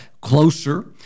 closer